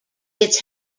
its